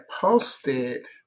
posted